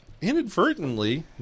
inadvertently